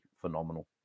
phenomenal